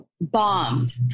bombed